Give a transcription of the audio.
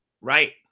Right